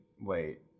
wait